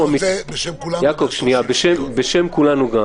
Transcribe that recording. בשם כולנו,